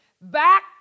back